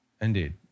Indeed